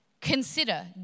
Consider